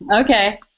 Okay